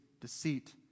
deceit